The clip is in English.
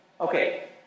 Okay